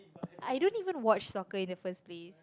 I don't even watch soccer in the first place